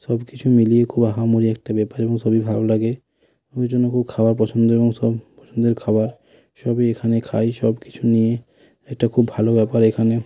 সব কিছু মিলিয়ে খুব আহামরি একটা ব্যাপার এবং সবই ভালো লাগে ওই জন্য খুব খাবার পছন্দ এবং সব পছন্দের খাবার সবই এখানে খায় সব কিছু নিয়ে একটা খুব ভালো ব্যাপার এখানে